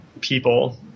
people